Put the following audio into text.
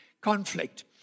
Conflict